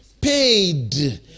paid